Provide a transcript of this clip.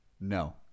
No